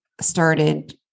started